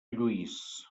lluís